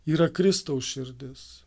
yra kristaus širdis